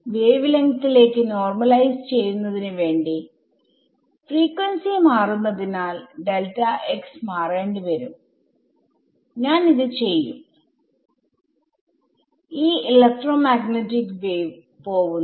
wave length ലേക്ക് normalise ചെയ്യുന്നതിന് വേണ്ടി ഫ്രീക്വൻസി മാറുന്നതിനാൽ മാറേണ്ടി വരും ഞാൻ ഇത് ചെയ്യും ഈ ഇലക്ട്രോമാഗ്നെറ്റിക് വേവ് പോവുന്നു